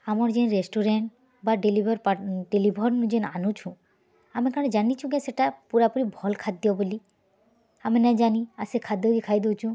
ଆମର୍ ଯେନ୍ ରେଷ୍ଟୁରେଣ୍ଟ୍ ବା ଡ଼େଲିଭର୍ ଡ଼େଲିଭର୍ ଯେନ୍ ଆନୁଛୁଁ ଆମେ କାଣା ଯାନିଛୁଁ କେ ସେଇଟା ପୁରାପୁରି ଭଲ୍ ଖାଦ୍ୟ ବୋଲି ଆମେ ନାଇ ଜାନି ଆର୍ ସେ ଖାଦ୍ୟକେ ଖାଇ ଦଉଚୁଁ